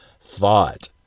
thought